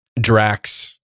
Drax